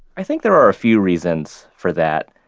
i think there are a few reasons for that.